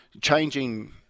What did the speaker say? changing